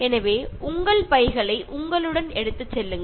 അതിനാൽ നിങ്ങൾ നിങ്ങളുടെ ബാഗ് കൊണ്ടു പോവുക